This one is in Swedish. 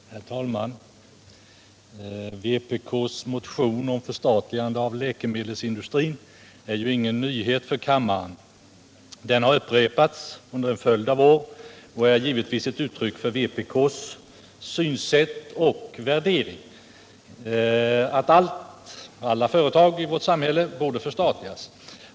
Herr talman! Vpk:s motion om förstatligande av läkemedelsindustrin är ingen nyhet för kammaren. Den har upprepats under en följd av år, och är givetvis ett uttryck för vpk:s synsätt och värdering att alla företag i vårt samhälle borde förstatligas.